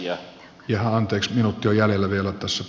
jaha anteeksi minuutti on jäljellä vielä tässä